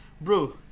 bro